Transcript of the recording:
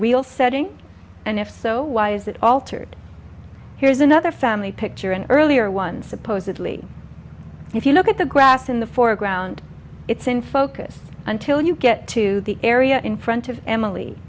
real setting and if so why is it altered here's another family picture an earlier one supposedly if you look at the grass in the foreground it's in focus until you get to the area in front of emily